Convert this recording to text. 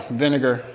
vinegar